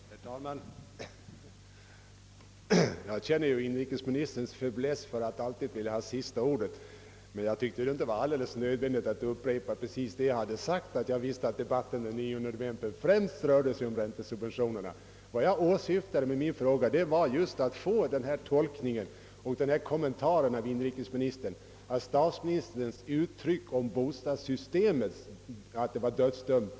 Herr talman! Jag känner till inrikesministerns faiblesse för att alltid vilja ha sista ordet, men jag tyckte inte att det var alldeles nödvändigt för honom att upprepa precis detsamma som jag bade sagt, nämligen att jag visste att debatten den 9 november främst rörde sig om räntesubventionerna. Vad jag åsyftade med min fråga var att av inrikesministern få en tolkning av statsministerns uttryck om att bostadssystemet var dödsdömt.